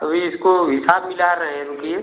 तो अभी इसको हिसाब मिला रहे हैं रुकिए